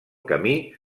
camí